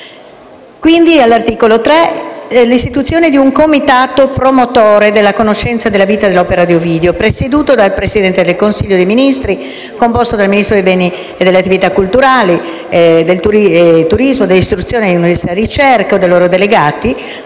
ricerca. L'articolo 3 istituisce il Comitato promotore della conoscenza della vita e dell'opera di Ovidio, presieduto dal Presidente del Consiglio dei ministri, composto dai Ministri dei beni e delle attività culturali e del turismo e dell'istruzione, dell'università e della ricerca, o da loro delegati,